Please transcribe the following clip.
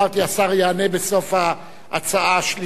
השר יענה בסוף ההצעה השלישית,